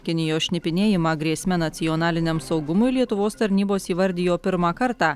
kinijos šnipinėjimą grėsme nacionaliniam saugumui lietuvos tarnybos įvardijo pirmą kartą